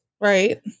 right